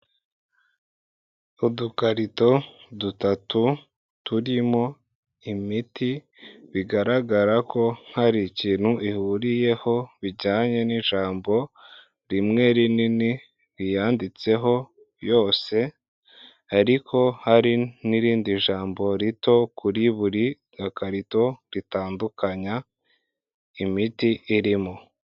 Udukarito dutatu turimo imiti, bigaragara ko hari ikintu ihuriyeho bijyanye n'ijambo rimwe rinini riyanditseho yose, ariko hari n'irindi jambo rito kuri buri gakarito ritandukanya imiti irimo.